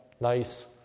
nice